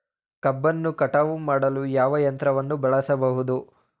ಕಬ್ಬನ್ನು ಕಟಾವು ಮಾಡಲು ಯಾವ ಯಂತ್ರವನ್ನು ಬಳಸಬಹುದು?